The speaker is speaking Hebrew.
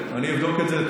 אני אבדוק את זה.